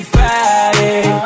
Friday